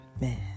Man